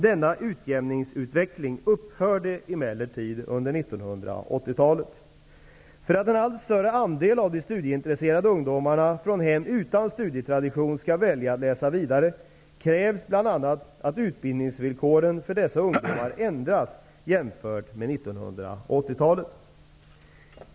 Denna utjämningsutveckling upphörde emellertid under För att en allt större andel av de studieintresserade ungdomarna från hem utan studietradition skall välja att läsa vidare, krävs bl.a. att utbildningsvillkoren för dessa ungdomar ändras jämfört med 1980-talet.